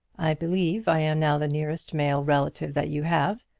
i believe i am now the nearest male relative that you have,